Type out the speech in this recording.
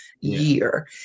year